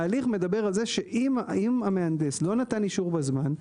ההליך מדבר על זה שאם המהנדס לא נתן אישור בזמן,